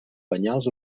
penyals